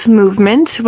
movement